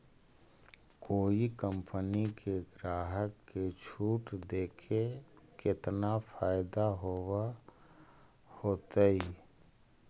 कोई कंपनी के ग्राहक के छूट देके केतना फयदा होब होतई?